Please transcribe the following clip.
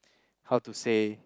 how to say